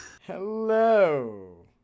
Hello